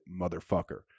motherfucker